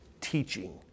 teaching